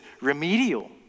remedial